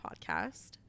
podcast